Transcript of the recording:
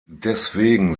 deswegen